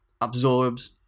absorbs